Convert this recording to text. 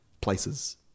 places